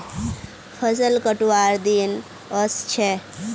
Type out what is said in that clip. फसल कटवार दिन व स छ